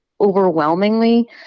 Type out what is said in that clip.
overwhelmingly –